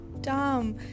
dumb